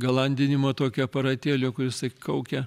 galandimo tokiu aparatėliu kur isai kaukia